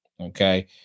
Okay